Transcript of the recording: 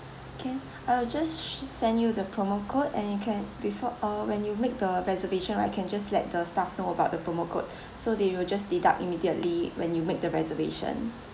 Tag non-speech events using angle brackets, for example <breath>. can I will just <noise> send you the promo code and you can before uh when you make the reservation right can just let the staff know about the promo code <breath> so they will just deduct immediately when you make the reservation